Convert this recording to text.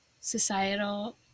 societal